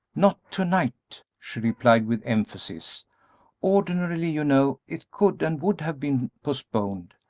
not to-night, she replied, with emphasis ordinarily, you know, it could and would have been postponed,